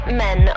men